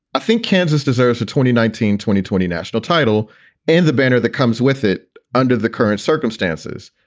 i think kansas deserves a twenty nineteen, twenty, twenty national title and the banner that comes with it under the current circumstances,